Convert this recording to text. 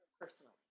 personally